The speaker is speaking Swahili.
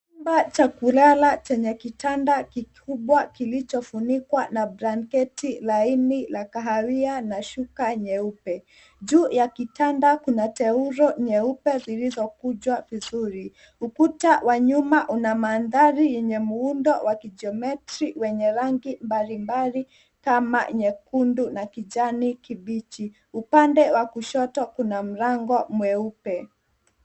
Chumba cha kulala chenye kitanda kikubwa kilichofunikwa na blanketi laini la kahawia na shuka nyeupe. Juu ya kitanda kuna taulo nyeupe zilizokunjwa vizuri. Ukuta wa nyuma una mandhari yenye muundo wa kijiometri yenye rangi mbalimbali kama nyekundu na kijani kibichi. Upande wa kushoto kuna mlango mweupe.